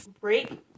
break